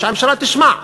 שהממשלה תשמע,